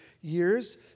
years